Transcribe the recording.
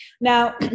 Now